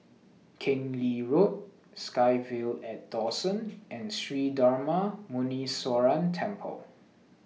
Keng Lee Road SkyVille At Dawson and Sri Darma Muneeswaran Temple